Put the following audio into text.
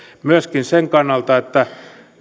myöskin sen kannalta että